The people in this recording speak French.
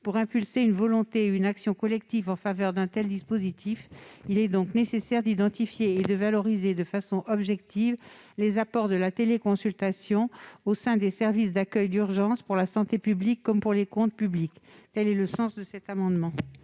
Pour impulser une volonté et une action collectives en faveur d'un tel dispositif, il est nécessaire d'identifier et de valoriser de façon objective les apports de la téléconsultation au sein des services d'accueil d'urgences, pour la santé publique comme pour les comptes publics. La parole est à M.